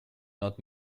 not